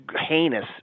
heinous